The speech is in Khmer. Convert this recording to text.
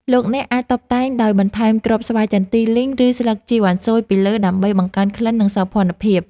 លោកអ្នកអាចតុបតែងដោយបន្ថែមគ្រាប់ស្វាយចន្ទីលីងឬស្លឹកជីរវ៉ាន់ស៊ុយពីលើដើម្បីបង្កើនក្លិននិងសោភ័ណភាព។